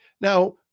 Now